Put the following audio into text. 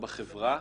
בחברה,